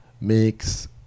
makes